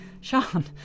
Sean